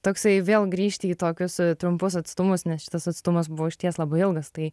toksai vėl grįžti į tokius trumpus atstumus nes šitas atstumas buvo išties labai ilgas tai